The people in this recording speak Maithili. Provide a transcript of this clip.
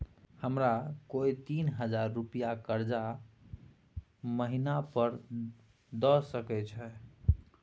हमरा कोय तीन हजार रुपिया कर्जा महिना पर द सके छै?